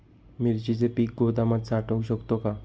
मिरचीचे पीक गोदामात साठवू शकतो का?